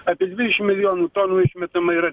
apie dvidešim milijonų tonų išmetama yra